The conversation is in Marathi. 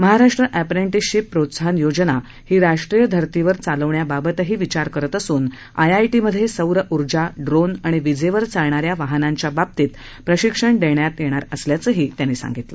महाराष्ट्र अप्रेटिंस शिप प्रोत्साहन योजना ही राष्ट्रीय धर्तीवर चालवण्याबाबतही विचार करत असून आयआयटी मध्ये सौर उर्जा ड्रोन आणि विजेवर चालणाऱ्या वाहनांच्या बाबतीत प्रशिक्षण देण्यात येणार असल्याचंही ते म्हणाले